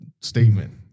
statement